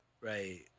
Right